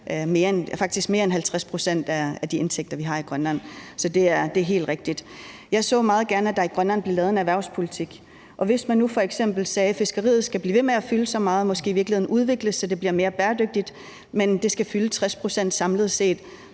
faktisk mere end 50 pct. af de indtægter, vi har i Grønland, så det er helt rigtigt. Jeg så meget gerne, at der i Grønland blev lavet en erhvervspolitik. Hvis man nu f.eks. sagde, at fiskeriet skal blive ved med at fylde så meget – og måske i virkeligheden udvikles, så det bliver mere bæredygtigt, men det skal fylde 60 pct. samlet set